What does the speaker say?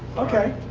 ok.